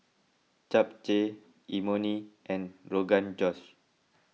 Japchae Imoni and Rogan Josh